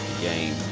game